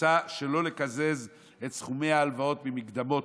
מוצע שלא לקזז את סכומי ההלוואות ממקדמות